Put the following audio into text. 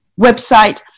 website